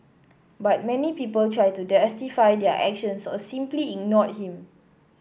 but many people try to justify their actions or simply ignored him